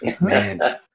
Man